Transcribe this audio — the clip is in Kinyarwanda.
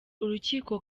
urukiko